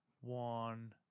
one